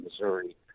Missouri